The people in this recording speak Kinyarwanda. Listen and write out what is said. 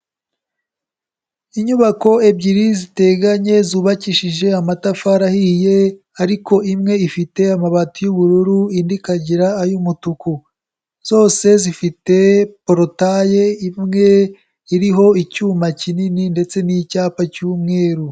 Inyubako ebyiri ziteganye zubakishije amatafari ahiye ariko imwe ifite amabati y'ubururu, indi ikagira ay'umutuku, zose zifite porotaye imwe iriho icyuma kinini ndetse n'icyapa cy'umweru.